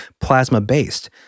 plasma-based